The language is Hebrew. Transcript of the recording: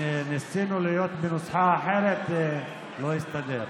ניסינו להיות בנוסחה אחרת וזה לא הסתדר.